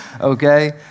okay